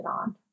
on